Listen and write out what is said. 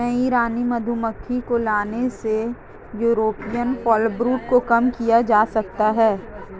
नई रानी मधुमक्खी को लाने से यूरोपियन फॉलब्रूड को कम किया जा सकता है